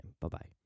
Bye-bye